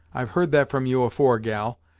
i've heard that from you, afore, gal,